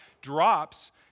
drops